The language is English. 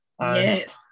Yes